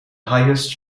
highest